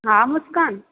हा मुस्कान